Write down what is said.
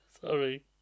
Sorry